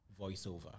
voiceover